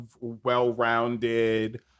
well-rounded